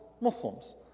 Muslims